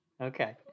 Okay